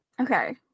Okay